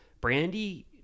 brandy